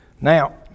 Now